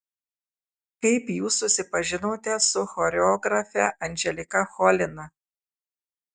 kaip jūs susipažinote su choreografe anželika cholina